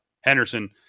Henderson